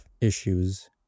issues